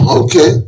okay